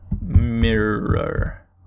MIRROR